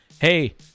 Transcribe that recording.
hey